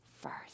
first